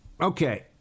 Okay